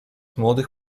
młodych